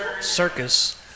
circus